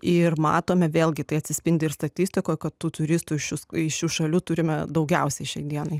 ir matome vėlgi tai atsispindi ir statistikoj kad turistų šių skai šių šalių turime daugiausiai šiai dienai